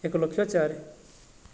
ଏକ ଲକ୍ଷ ଚାରି